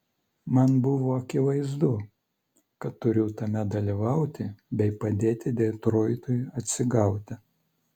man buvo akivaizdu kad turiu tame dalyvauti bei padėti detroitui atsigauti